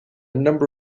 number